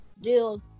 deal